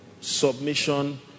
submission